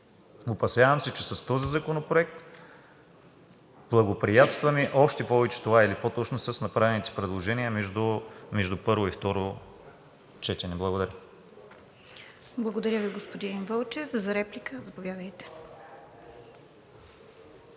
Опасявам се, че с този законопроект благоприятстваме още повече това, или по-точно с направените предложения между първо и второ четене. Благодаря. ПРЕДСЕДАТЕЛ РОСИЦА КИРОВА: Благодаря Ви, господин Вълчев. За реплика – заповядайте.